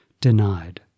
denied